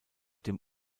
dem